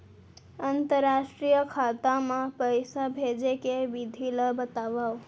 अंतरराष्ट्रीय खाता मा पइसा भेजे के विधि ला बतावव?